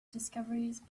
discoveries